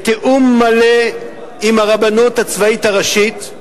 בתיאום מלא עם הרבנות הצבאית הראשית,